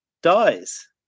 dies